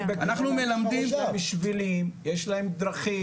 אנחנו מלמדים --- יש להם שבילים, יש להם דרכים.